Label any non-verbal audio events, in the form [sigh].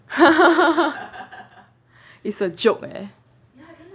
[laughs] it's a joke leh